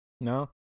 No